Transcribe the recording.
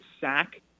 sack